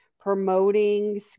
promoting